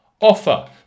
Offer